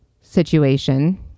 situation